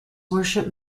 worship